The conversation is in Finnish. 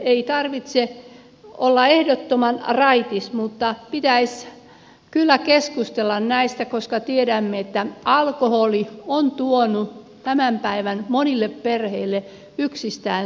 ei tarvitse olla ehdottoman raitis mutta pitäisi kyllä keskustella näistä koska tiedämme että alkoholi on tuonut tämän päivän monille perheille yksistään surua